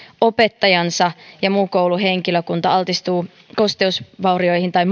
opettajansa ja muu kouluhenkilökunta altistui kosteusvaurioille tai